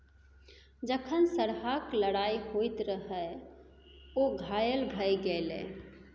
जखन सरहाक लड़ाइ होइत रहय ओ घायल भए गेलै